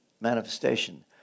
manifestation